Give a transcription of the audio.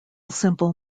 simple